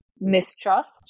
mistrust